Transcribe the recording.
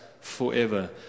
forever